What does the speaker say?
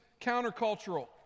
countercultural